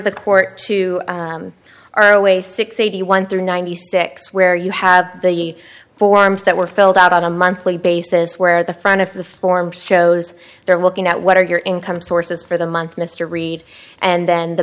the court to our way six eighty one through ninety six where you have the forms that were filled out on a monthly basis where the front of the form shows they're looking at what are your income sources for the month mr reed and then the